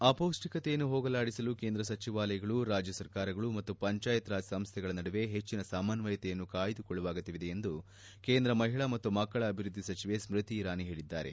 ಅಪೌಷ್ಠಿಕತೆಯನ್ನು ಹೋಗಲಾಡಿಸಲು ಕೇಂದ್ರ ಸಚಿವಾಲಯಗಳು ರಾಜ್ಯ ಸರ್ಕಾರಗಳು ಮತ್ತು ಪಂಚಾಯತ್ ರಾಜ್ ಸಂಸ್ಥೆಗಳ ನಡುವೆ ಹೆಚ್ಚನ ಸಮನ್ನಯತೆಯನ್ನು ಕಾಯ್ದುಕೊಳ್ಳುವ ಅಗತ್ಯವಿದೆ ಎಂದು ಕೇಂದ್ರ ಮಹಿಳಾ ಮತ್ತು ಮಕ್ಕಳ ಅಭಿವೃದ್ದಿ ಸಚಿವೆ ಸ್ನತಿ ಇರಾನಿ ಹೇಳಿದ್ದಾರೆ